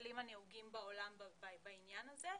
הכלים הנהוגים בעולם בעניין הזה.